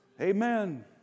Amen